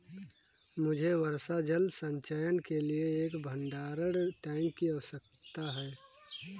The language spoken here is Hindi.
मुझे वर्षा जल संचयन के लिए एक भंडारण टैंक की आवश्यकता है